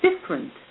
different